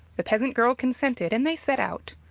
the peasant girl consented, and they set out.